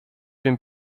been